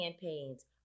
campaigns